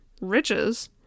riches